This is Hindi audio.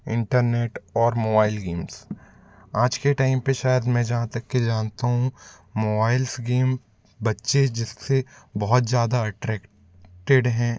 इंटरनेट और मोवाइल गेम्स आज के टाइम पे शायद मैं जहाँ तक के जानता हूँ माेवाइल्स गेम बच्चे जिससे बहुत ज़्यादा अटरैक्टेड हैं